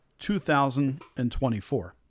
2024